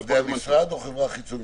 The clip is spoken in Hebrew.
זה המשרד או חברה חיצונית?